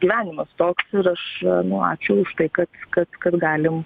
gyvenimas toks ir aš nu ačiū už tai kad kad kad galim